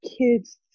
kids